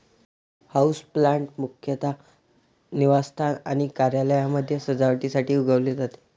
houseplant मुख्यतः निवासस्थान आणि कार्यालयांमध्ये सजावटीसाठी उगवले जाते